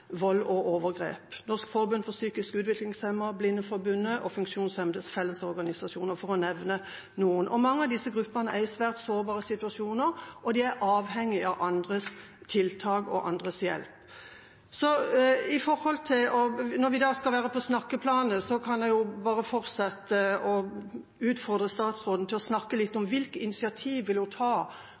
vold og overgrep – Norsk Forbund for Utviklingshemmede, Blindeforbundet og Funksjonshemmedes Fellesorganisasjon, for å nevne noen. Mange av disse gruppene er i svært sårbare situasjoner, og de er avhengige av andres tiltak og andres hjelp. Når vi skal være på snakkeplanet, kan jeg jo bare fortsette å utfordre statsråden til å snakke litt om hvilke initiativ hun vil ta